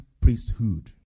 priesthood